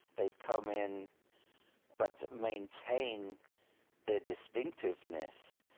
they've come in but maintain their distinctiveness,